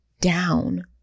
down